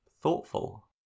thoughtful